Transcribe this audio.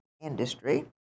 industry